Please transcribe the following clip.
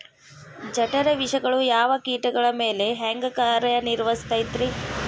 ಜಠರ ವಿಷಗಳು ಯಾವ ಕೇಟಗಳ ಮ್ಯಾಲೆ ಹ್ಯಾಂಗ ಕಾರ್ಯ ನಿರ್ವಹಿಸತೈತ್ರಿ?